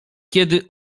kiedy